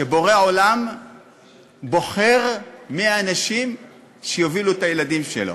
שבורא עולם בוחר מי האנשים שיובילו את הילדים שלו.